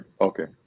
Okay